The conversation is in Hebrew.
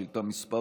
שאילתה מס'